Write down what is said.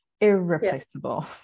irreplaceable